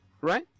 right